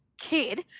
kid